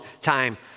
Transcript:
time